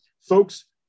folks